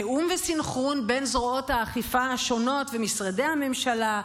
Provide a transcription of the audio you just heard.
תיאום וסנכרון בין זרועות האכיפה השונות ומשרדי הממשלה,